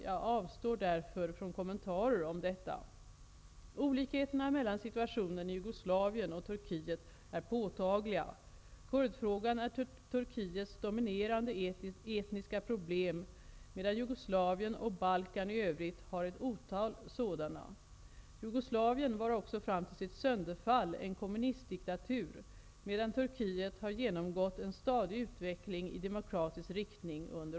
Jag avstår därför från kommentarer om detta. Olikheterna mellan situationen i Jugoslavien och Turkiet är påtagliga. Kurdfrågan är Turkiets dominerande etniska problem, medan Jugoslavien och Balkan i övrigt har ett otal sådana. Jugoslavien var också fram till sitt sönderfall en kommunistdiktatur, medan Turkiet har genomgått en stadig utveckling i demokratisk riktning under